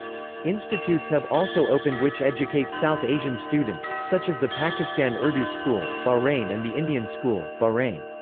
institutes have also opened which educate south asian students, such as the pakistan urdu school, bahrain and the indian school, bahrain.